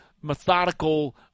methodical